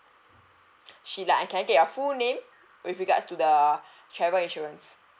sheila and I can get your full name with regards to the travel insurance